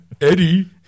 Eddie